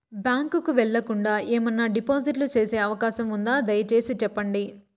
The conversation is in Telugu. బ్యాంకు కు వెళ్లకుండా, ఏమన్నా డిపాజిట్లు సేసే అవకాశం ఉందా, దయసేసి సెప్పండి?